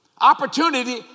Opportunity